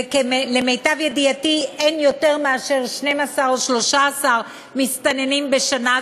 ולמיטב ידיעתי אין יותר מ-12 או 13 מסתננים בשנה,